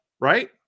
Right